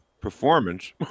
performance